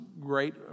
great